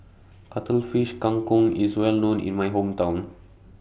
Cuttlefish Kang Kong IS Well known in My Hometown